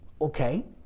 Okay